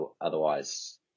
otherwise